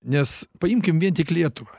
nes paimkim vien tik lietuvą